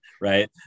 right